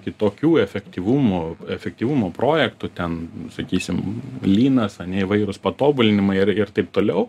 kitokių efektyvumo efektyvumo projektų ten sakysim lynas ane įvairūs patobulinimai ir ir taip toliau